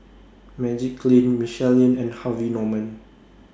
Magiclean Michelin and Harvey Norman